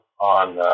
on